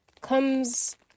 comes